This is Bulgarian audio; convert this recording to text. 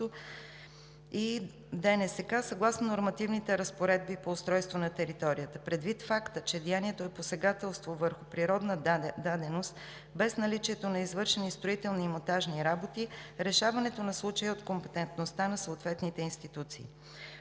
и ДНСК съгласно нормативните разпоредби по устройство на територията. Предвид факта, че деянието е посегателство върху природна даденост без наличието на извършени строителни и монтажни работи, решаването на случая е от компетентността на съответните институции.